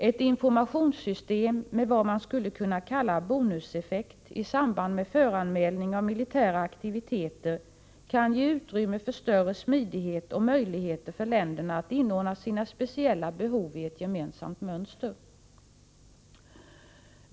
Ett informationssystem med vad man skulle kunna kalla bonuseffekt i samband med föranmälning av militära aktiviteter kan ge utrymme för större smidighet och möjligheter för länderna att inordna sina speciella behov i ett gemensamt mönster.